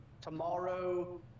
tomorrow